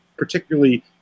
particularly